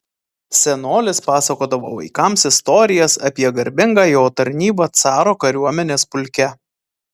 senolis pasakodavo vaikams istorijas apie garbingą jo tarnybą caro kariuomenės pulke